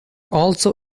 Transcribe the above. also